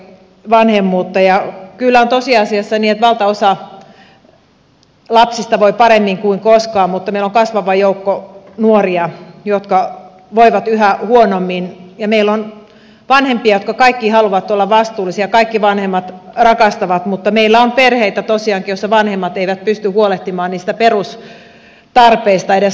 kyllä on tosiasiassa niin että valtaosa lapsista voi paremmin kuin koskaan mutta meillä on kasvava joukko nuoria jotka voivat yhä huonommin ja meillä on vanhempia jotka kaikki haluavat olla vastuullisia kaikki vanhemmat rakastavat mutta meillä on tosiaankin perheitä joissa vanhemmat eivät pysty huolehtimaan edes niistä lasten perustarpeista